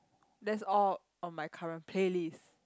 that's all on my current playlist